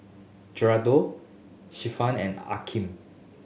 Geraldo Cephus and Akeem